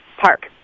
park